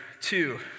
two